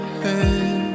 head